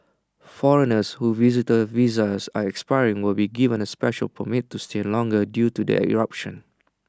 foreigners whose visitor visas are expiring will be given A special permit to stay longer due to the eruption